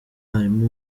umwarimu